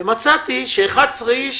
מצאתי ש-11 איש